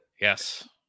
yes